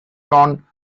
drawn